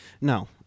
No